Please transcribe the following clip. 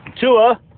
Tua